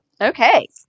Okay